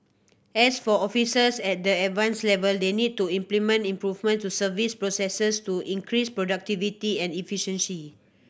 as for officers at the Advanced level they need to implement improvements to service processes to increase productivity and efficiency